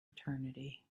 eternity